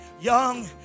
Young